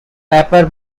paper